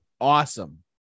awesome